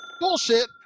Bullshit